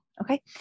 okay